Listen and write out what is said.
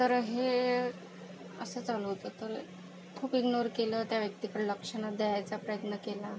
तर हे असं चालू होतं तर खूप इग्नोर केलं त्या व्यक्तीकडे लक्ष न द्यायचा प्रयत्न केला